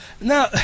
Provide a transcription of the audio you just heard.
Now